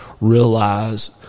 realize –